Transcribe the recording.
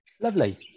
Lovely